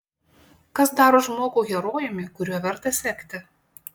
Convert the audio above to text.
kas daro žmogų herojumi kuriuo verta sekti